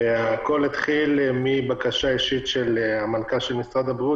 הכול התחיל מבקשה אישית של מנכ"ל משרד הבריאות